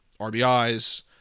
RBIs